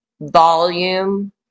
volume